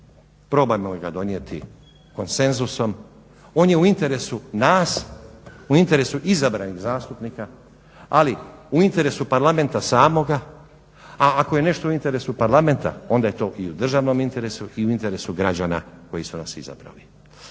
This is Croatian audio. probajmo li ga donijeti konsenzusom, on je u interesu nas, u interesu izabranih zastupnika, ali u interesu Parlamenta samoga, a ako je nešto u interesu Parlamenta onda je to i u državnom interesu i interesu građana koji su nas izabrali.